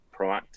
proactive